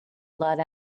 blood